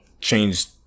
changed